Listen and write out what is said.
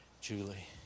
Julie